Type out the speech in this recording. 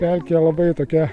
pelkė labai tokia